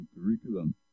curriculum